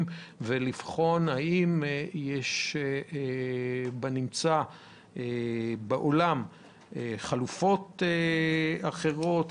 ולבחון האם יש בנמצא בעולם חלופות אחרות,